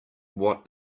what